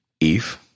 Eve